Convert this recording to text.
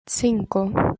cinco